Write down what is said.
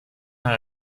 naar